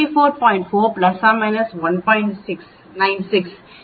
96 என்பது2